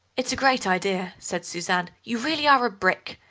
it's a great idea, said suzanne you really are a brick.